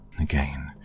Again